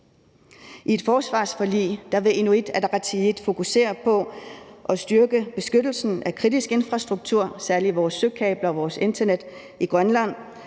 I forsvarsforliget vil Inuit Ataqatigiit fokusere på at styrke beskyttelsen af kritisk infrastruktur, særlig vores søkabler og vores internet i Grønland,